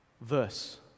verse